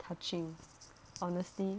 touching honestly